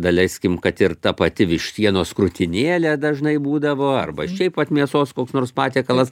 daleiskim kad ir ta pati vištienos krūtinėlė dažnai būdavo arba šiaip ant mėsos koks nors patiekalas